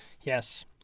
Yes